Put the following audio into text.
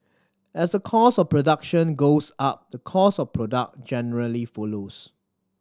as the cost of production goes up the cost of the product generally follows